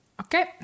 Okay